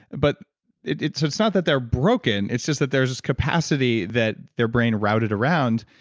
but it's it's not that they're broken, it's just that there's capacity that their brain routed around.